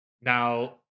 Now